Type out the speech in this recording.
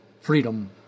Freedom